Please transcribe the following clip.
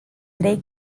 trei